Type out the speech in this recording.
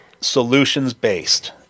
solutions-based